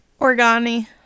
Organi